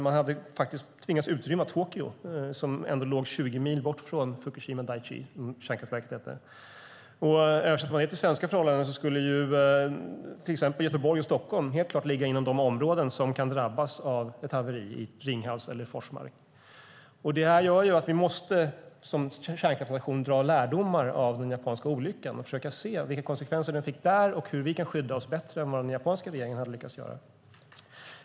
Man hade faktiskt tvingats utrymma Tokyo som ändå låg 20 mil bort från Fukushima Daiichi, som kärnkraftverket hette. Översätter man det till svenska förhållanden kommer till exempel Göteborg och Stockholm helt klart att ligga inom de områden som kan drabbas av ett haveri i Ringhals eller i Forsmark. Det här gör att vi som kärnkraftsnation måste dra lärdomar av den japanska olyckan och försöka se vilka konsekvenser den fick där och hur vi kan skydda oss bättre än vad den japanska regeringen hade lyckats göra.